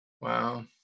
Wow